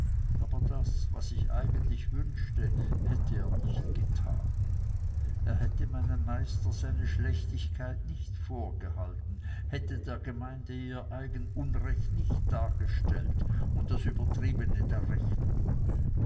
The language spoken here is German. aber das was ich eigentlich wünschte hätte er nicht getan er hätte meinem meister seine schlechtigkeit nicht vorgehalten hätte der gemeinde ihr eigen unrecht nicht dargestellt und das übertriebene der rechnung